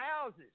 houses